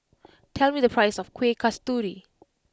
tell me the price of Kueh Kasturi